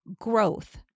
growth